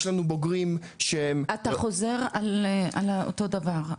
יש לנו בוגרים שהם -- אתה חוזר על אותו דבר,